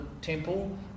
temple